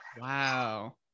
Wow